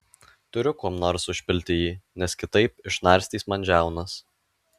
turiu kuom nors užpilti jį nes kitaip išnarstys man žiaunas